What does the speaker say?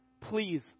Please